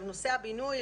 נושא הבינוי,